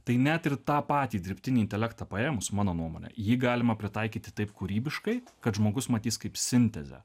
tai net ir tą patį dirbtinį intelektą paėmus mano nuomone jį galima pritaikyti taip kūrybiškai kad žmogus matys kaip sintezę